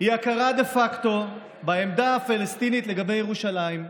היא הכרה דה פקטו בעמדה הפלסטינית לגבי ירושלים,